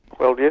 well yes,